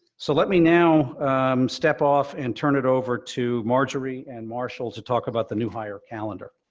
so let me now step off and turn it over to marjorie and marshall to talk about the new hire calendar.